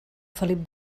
felip